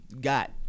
got